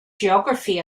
geography